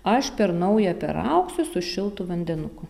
aš per naują perraugsiu su šiltu vandenuku